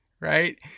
right